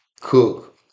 cook